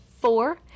four